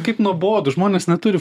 kaip nuobodu žmonės neturi